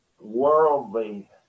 worldly